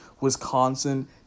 Wisconsin